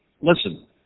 listen